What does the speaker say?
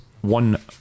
one